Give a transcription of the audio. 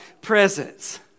presence